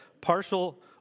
Partial